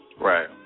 Right